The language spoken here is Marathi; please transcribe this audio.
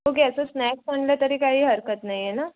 ओके असं स्नॅक्स आणलं तरी काही हरकत नाही आहे ना